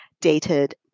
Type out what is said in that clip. dated